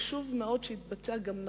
שחשוב מאוד שיתבצע נכון.